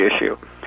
issue